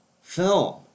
film